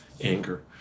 anger